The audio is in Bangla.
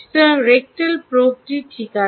সুতরাং রেকটাল প্রোবটি ঠিক আছে